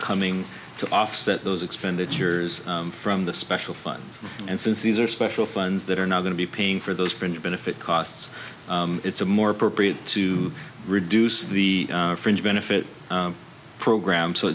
coming to offset those expenditures from the special funds and since these are special funds that are now going to be paying for those printed benefit costs it's a more appropriate to reduce the fringe benefit program so